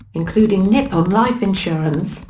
including nippon life insurance,